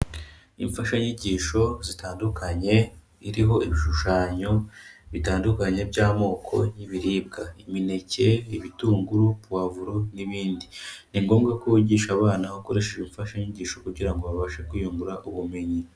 Imfashanyigisho zitandukanye, iriho ibishushanyo bitandukanye by'amoko y'ibiribwa. Imineke, ibitunguru, pavuro n'ibindi. Ni ngombwa ko wigisha abana ukoresheje imfashanyigisho kugira ngo babashe kwiyungura ubumenyi.